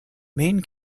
main